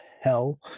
hell